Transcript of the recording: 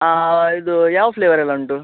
ಹಾಂ ಇದು ಯಾವ ಫ್ಲೇವರ್ ಎಲ್ಲ ಉಂಟು